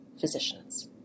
physicians